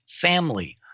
family